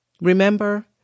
Remember